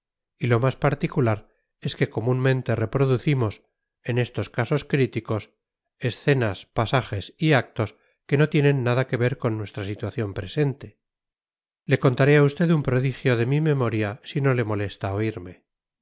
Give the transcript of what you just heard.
y lo más particular es que comúnmente reproducimos en estos casos críticos escenas pasajes y actos que no tienen nada que ver con nuestra situación presente le contaré a usted un prodigio de mi memoria si no le molesta oírme